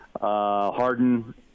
Harden